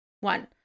One